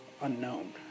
unknown